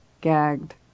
gagged